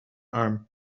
arm